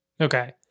Okay